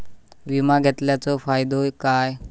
विमा घेतल्याचो फाईदो काय?